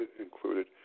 included